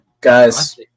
guys